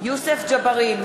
יוסף ג'בארין,